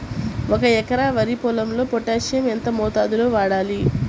ఒక ఎకరా వరి పొలంలో పోటాషియం ఎంత మోతాదులో వాడాలి?